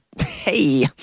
Hey